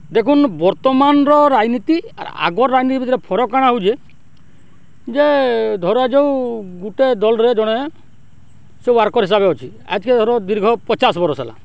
ଦେଖୁନ୍ ବର୍ତ୍ତମାନ୍ର ରାଜ୍ନୀତି ଆର୍ ଆଗର୍ ରାଜ୍ନୀତି ଭିତ୍ରେ ଫରକ୍ କାଣା ହଉଚେ ଯେ ଧରାଯାଉ ଗୁଟେ ଦଲ୍ରେ ଜଣେ ସେ ୱାର୍କର୍ ହିସାବେ ଅଛେ ଆଏଜ୍କେ ଧର ଦୀର୍ଘ ପଚାଶ୍ ବରଷ୍ ହେଲା